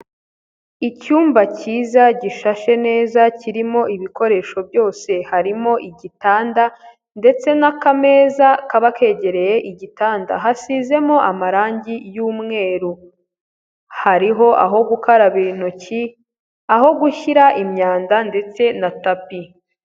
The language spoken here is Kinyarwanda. Icyumba cyiza gishashe neza kirimo ibikoresho byose, harimo igitanda ndetse n'akameza kaba kegereye igitanda hasizemo amarangi y'umweru, hariho aho gukaraba intoki, aho gushyira imyanda, ndetse na tapi.